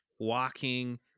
walking